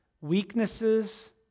weaknesses